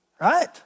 right